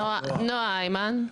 נעה היימן.